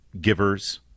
givers